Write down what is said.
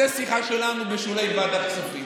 זו שיחה שלנו בשולי ועדת כספים.